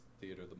Theater